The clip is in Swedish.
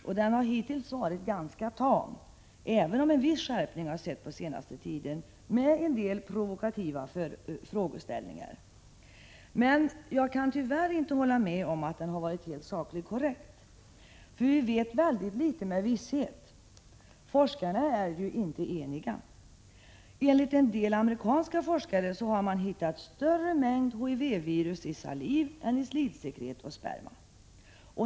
Vidare har den hittills varit ganska tam, även om en viss skärpning med en del provokativa frågeställningar har skett på den senaste tiden. Jag kan tyvärr inte hålla med om att informationen är sakligt korrekt. Vi vet nämligen väldigt litet med visshet. Forskarna är ju inte eniga. Enligt en del amerikanska forskare har man hittat större mängd HIV-virus i saliv än i slidsekret och sperma.